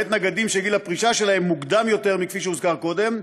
למעט נגדים שגיל הפרישה שלהם מוקדם יותר כפי שהוזכר קודם,